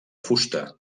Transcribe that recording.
fusta